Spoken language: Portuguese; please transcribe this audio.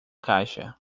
caixa